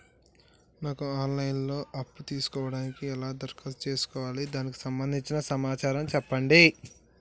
నాకు online లో అప్పు తీసుకోవడానికి ఎలా దరఖాస్తు చేసుకోవాలి దానికి సంబంధించిన సమాచారం చెప్పండి?